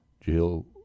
Jill